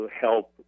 help